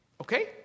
Okay